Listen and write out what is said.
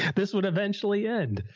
this would eventually end.